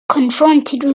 confronted